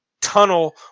tunnel